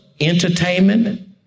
entertainment